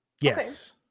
yes